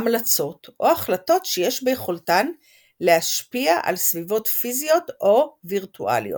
המלצות או החלטות שיש ביכולתן להשפיע על סביבות פיזיות או וירטואליות.